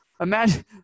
Imagine